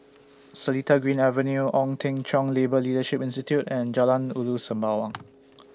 Seletar Green Avenue Ong Teng Cheong Labour Leadership Institute and Jalan Ulu Sembawang